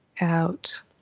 out